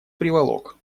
приволок